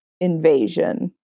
invasion